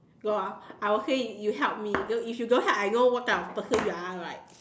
got what I will say you help me if you don't help I know what type of person you are right